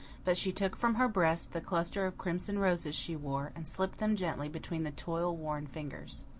but she took from her breast the cluster of crimson roses she wore and slipped them gently between the toil-worn fingers.